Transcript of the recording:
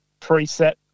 preset